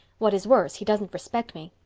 what is worse, he doesn't respect me.